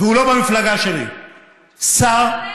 והוא לא במפלגה שלי: שר,